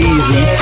Easy